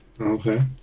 Okay